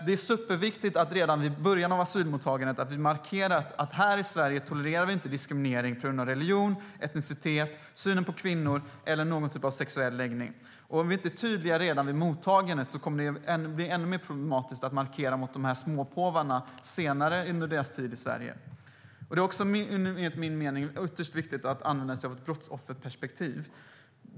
Det är superviktigt att redan i början av asylmottagandet markera att vi här i Sverige inte tolererar diskriminering på grund av religion, etnicitet, synen på kvinnor eller någon typ av sexuell läggning. Om vi inte är tydliga redan vid mottagandet kommer det att bli ännu mer problematiskt att markera mot dessa småpåvar senare under deras tid i Sverige. Enligt min mening är det ytterst viktigt att använda sig av ett brottsofferperspektiv.